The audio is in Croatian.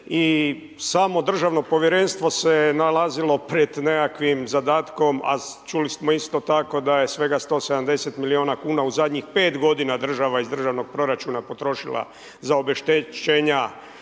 I samo državno povjerenstvo se nalazio pred nekakvim zadatkom, a čuli smo isto tko, da je svega 170 milijuna kuna, u zadnjih 5 g. država iz državnog proračuna potrošila za obeštećenja